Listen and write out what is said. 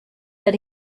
that